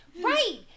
Right